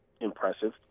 impressive